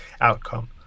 outcome